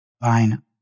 Fine